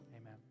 Amen